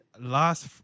last